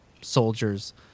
soldiers